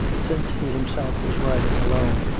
since he himself was riding alone,